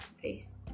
Peace